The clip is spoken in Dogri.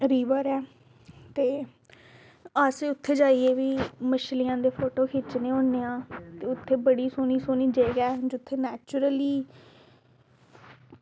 रीवर ऐ ते अस उत्थें जाइयै बी मच्छलियें दे फोटो खिच्चने होन्ने आं ते उत्थें बड़ी सोह्नी सोह्नी जगह ऐ जित्थें नेचुरली